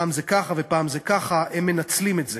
פעם זה ככה ופעם זה ככה, הם מנצלים את זה.